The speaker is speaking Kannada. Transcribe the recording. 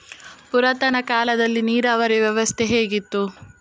ಪುರಾತನ ಕಾಲದಲ್ಲಿ ನೀರಾವರಿ ವ್ಯವಸ್ಥೆ ಹೇಗಿತ್ತು?